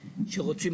כשרוצים,